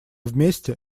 вместе